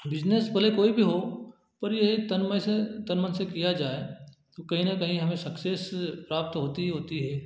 business भले कोई भी हो पर ये है तन मय से तन मन से किया जाए तो कहीं ना कहीं हमें सक्सेस प्राप्त होती ही होती है